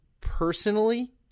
personally